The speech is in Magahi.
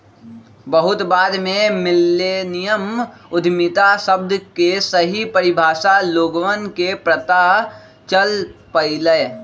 बहुत बाद में मिल्लेनियल उद्यमिता शब्द के सही परिभाषा लोगवन के पता चल पईलय